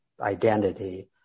identity